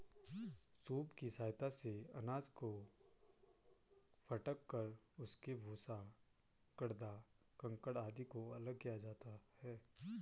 soup की सहायता से अनाज को फटक कर उसके भूसा, गर्दा, कंकड़ आदि को अलग किया जाता है